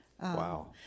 Wow